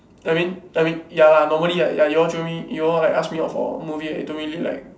I mean I mean ya lah normally like like you all jio me you all like ask me out for a movie I don't really like